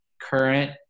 Current